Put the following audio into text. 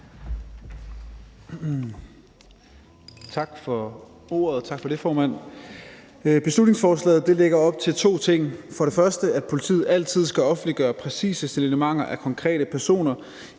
Tak for ordet, formand. Beslutningsforslaget lægger op til to ting, nemlig for det første, at politiet altid skal offentliggøre præcise signalementer af konkrete personer